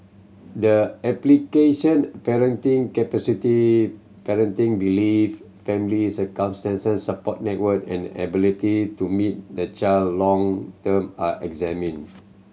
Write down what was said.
the application parenting capacity parenting belief family circumstances support network and ability to meet the child long term are examined